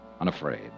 unafraid